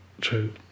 true